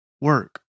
work